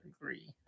agree